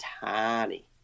tiny